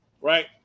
right